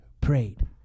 Prayed